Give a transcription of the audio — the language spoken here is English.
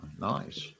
Nice